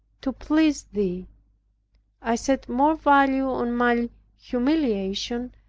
to please thee i set more value on my humiliation,